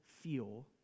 feel